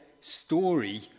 story